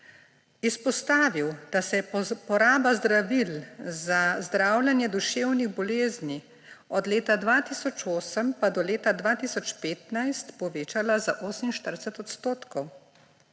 Izpostavil, da se je poraba zdravil za zdravljenje duševnih bolezni od leta 2008 pa do leta 2015 povečala za 48 odstotkov,